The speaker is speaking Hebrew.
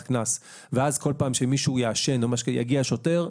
קנס ואז כל פעם שמישהו יעשן יגיע שוטר,